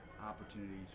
opportunities